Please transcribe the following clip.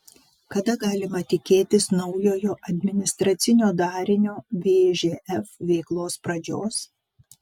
kada galima tikėtis naujojo administracinio darinio vžf veiklos pradžios